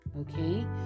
okay